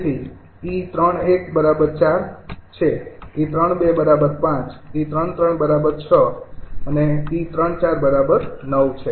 તેથી તે 𝑒 ૩૧ ૪ છે 𝑒૩૨ ૫ 𝑒૩૩ ૬ 𝑒૩૪ ૯ છે